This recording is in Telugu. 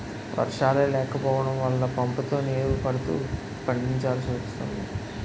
వర్షాలే లేకపోడం వల్ల పంపుతో నీరు పడుతూ పండిచాల్సి వస్తోంది